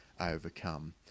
overcome